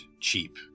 cheap